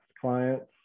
clients